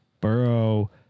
Burrow